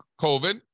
COVID